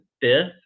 fifth